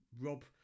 rob